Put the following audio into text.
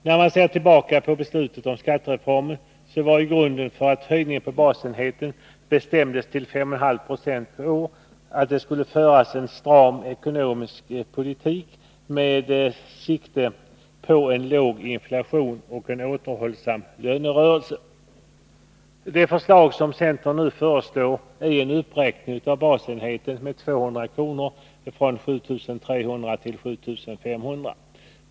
När beslutet om skattereformen fattades var utgångspunkten för att höjningen av basenheten bestämdes till 5,5 26 per år att det skulle föras en stram ekonomisk politik med sikte på en låg inflation och en återhållsam lönerörelse. Centern föreslår nu en uppräkning av basenheten med 200 kr. från 7 300 kr. till 7 500 kr.